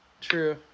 True